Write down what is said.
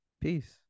peace